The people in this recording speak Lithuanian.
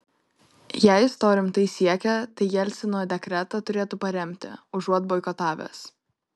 jei jis to rimtai siekia tai jelcino dekretą turėtų paremti užuot boikotavęs